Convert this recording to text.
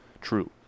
true